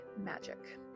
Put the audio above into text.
magic